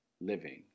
living